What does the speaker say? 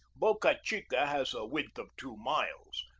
boca chica has a width of two miles,